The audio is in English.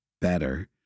better